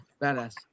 badass